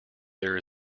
there